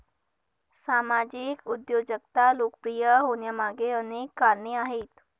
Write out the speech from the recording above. सामाजिक उद्योजकता लोकप्रिय होण्यामागे अनेक कारणे आहेत